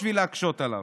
בשביל להקשות עליו.